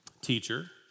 Teacher